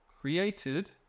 created